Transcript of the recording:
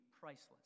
priceless